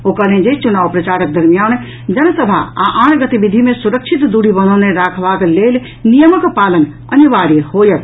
ओ कहलनि जे चुनाव प्रचारक दरमियान जन सभा आ आन गतिविधि मे सुरक्षित दूरी बनौने राखबाक लेल नियमक पालन अनिवार्य होयत